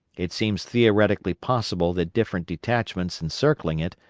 it seems theoretically possible that different detachments encircling it,